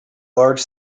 large